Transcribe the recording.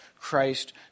Christ